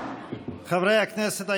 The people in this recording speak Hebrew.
חברי הכנסת,